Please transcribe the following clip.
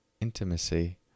intimacy